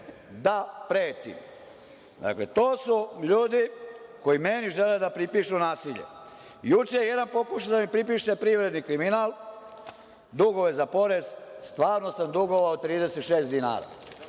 Da pretim!“ Dakle, to su ljudi koji meni žele da pripišu nasilje. Juče je jedan pokušao da mi pripiše privredni kriminal, dugove za porez. Stvarno sam dugovao 36 dinara.